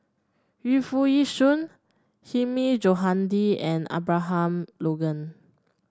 Yu Foo Yee Shoon Hilmi Johandi and Abraham Logan